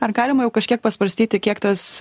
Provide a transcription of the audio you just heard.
ar galima jau kažkiek pasvarstyti kiek tas